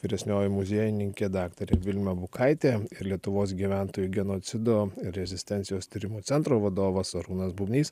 vyresnioji muziejininkė daktarė vilma bukaitė ir lietuvos gyventojų genocido ir rezistencijos tyrimų centro vadovas arūnas bubnys